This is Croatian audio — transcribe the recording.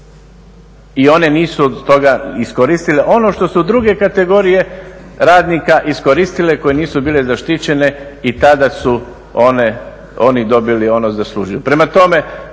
i one nisu od toga iskoristile, ono što su druge kategorije radnika iskoristile koje nisu bile zaštićene i tada su oni dobili ono … Prema